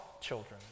children